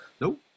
Nope